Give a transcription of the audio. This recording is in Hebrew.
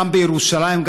גם בירושלים,